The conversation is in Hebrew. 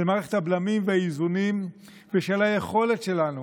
של מערכת הבלמים והאיזונים ושל היכולת שלנו